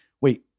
wait